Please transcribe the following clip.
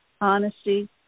honesty